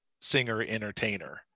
singer-entertainer